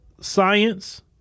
science